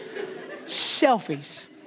selfies